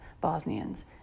bosnians